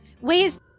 ways